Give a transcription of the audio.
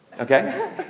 Okay